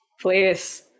Please